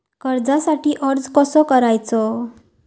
कर्जासाठी अर्ज कसो करायचो?